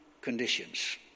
conditions